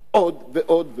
עוד ועוד ועוד.